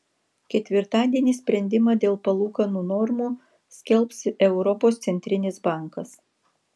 ketvirtadienį sprendimą dėl palūkanų normų skelbs europos centrinis bankas